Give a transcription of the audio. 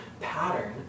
pattern